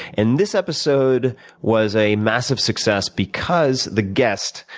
and this episode was a massive success because the guest,